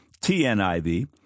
TNIV